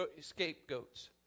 scapegoats